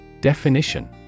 Definition